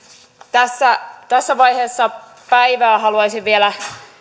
tässä tässä vaiheessa päivää haluaisin vielä